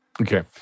Okay